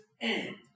end